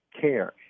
care